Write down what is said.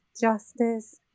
justice